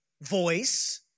voice